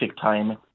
time